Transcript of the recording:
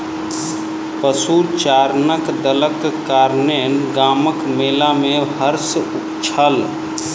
पशुचारणक दलक कारणेँ गामक मेला में हर्ष छल